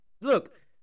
Look